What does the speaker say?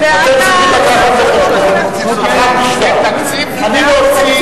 סעיפים 16 ו-17, כהצעת הוועדה.